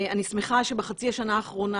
אני שמחה שבחצי השנה האחרונה,